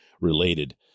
related